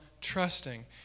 trusting